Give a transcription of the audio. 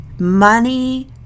Money